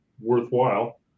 worthwhile